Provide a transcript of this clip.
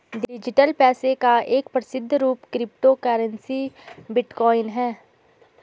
digital पैसे का एक प्रसिद्ध रूप क्रिप्टो करेंसी बिटकॉइन है